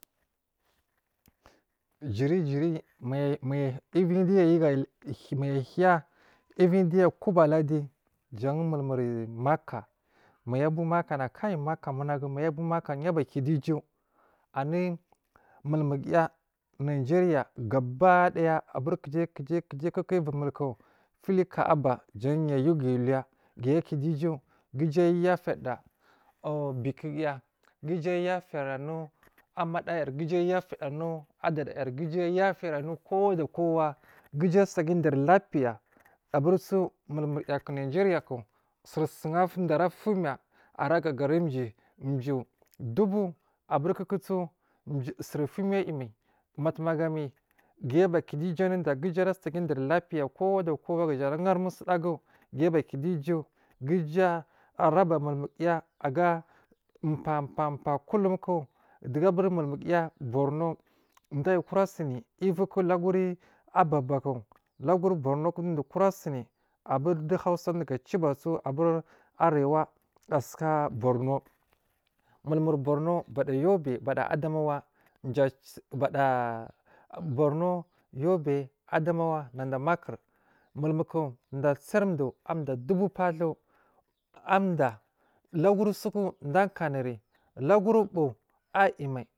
Jirijiri mayi mayi uvi duga ayu gali maya ahiya uviyi diya akula aladi ayagaba aladi jan mulmuri maka maya abowu makana kai maka muna gu maya abuwo makana ya abaki dowu uju anu mulmugiya nigeria ga badaya aburi kujai kujai kuku uvirimulkufili ka aba jan yayu kaya uluya gay a akidu uju ga uju a yafirda uu bikogi ya ga uju ayafir anu ammadayar ga iju aya firi anu a dadayar ga iju ayafiri anu kowa da kowa ga uju asi a ga dar lapiya a buriso mulmuri yaku najeri yaku suri sunda ara fumiya ara gagare jiyi ju, un dubu a burkuku su suri fuwo miya ayi mai matum ga miyi ga a bakidu wo uju anuda ga uju ara si aga darlapi ya kowa da kowa gaja arahari musuda gu, gaya aba kidu uju ga uju arobari mulmuguya aga papa pa kulumku dugu aburi mulmuguya burnu dayi kurasini uviku laguri aba baku laguri burnuku dowo dukuro sini aburi du hausa duga ciwoba su aburi arewa a suk a burnu, mul muri bornu, bada yobe bada adamawa susu bada bornu yobe, adamawa nada makur mul muku du a tsari du adaa dubu batuu amda laguri suku da kanu ri laguri buwu ayi mai.